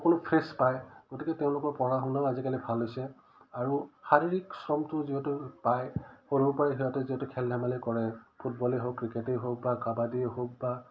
সকলো ফ্ৰেছ পায় গতিকে তেওঁলোকৰ পঢ়া শুনাও আজিকালি ভাল হৈছে আৰু শাৰীৰিক শ্ৰমটো যিহেতু পায় সৰুৰ পৰাই সিহঁতে যিহেতু খেল ধেমালি কৰে ফুটবলেই হওক ক্ৰিকেটেই হওক বা কাবাডিয়ে হওক বা